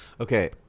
Okay